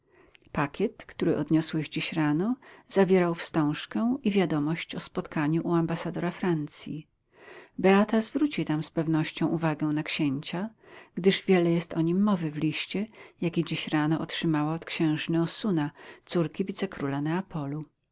pakiet który odniosłeś dziś rano zawierał wstążkę i wiadomość o spotkaniu u ambasadora francji beata zwróci tam z pewnością uwagę na księcia gdyż wiele jest o nim mowy w liście jaki dziś rano otrzymała od księżny osuna córki wicekróla neapolu